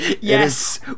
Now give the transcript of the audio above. Yes